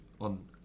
on